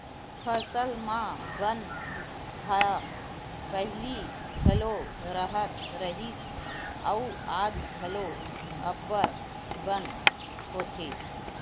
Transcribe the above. फसल म बन ह पहिली घलो राहत रिहिस अउ आज घलो अब्बड़ बन होथे